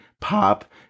pop